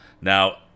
Now